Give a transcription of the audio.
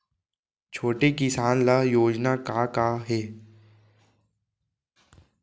छोटे किसान ल योजना का का हे?